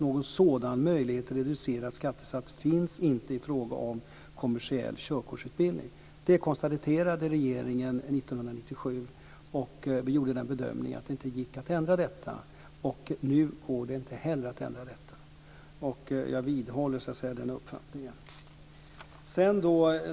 Någon sådan möjlighet till reducerad skattesats finns inte i fråga om kommersiell körkortsutbildning. Det konstaterade regeringen 1997, och vi gjorde den bedömningen att det inte gick att ändra detta. Nu går det inte heller att ändra detta. Jag vidhåller den uppfattningen.